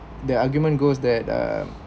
the argument goes that uh